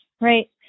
Right